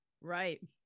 Right